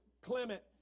Clement